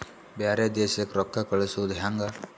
ಬ್ಯಾರೆ ದೇಶಕ್ಕೆ ರೊಕ್ಕ ಕಳಿಸುವುದು ಹ್ಯಾಂಗ?